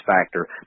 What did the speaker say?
factor